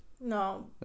no